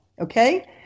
okay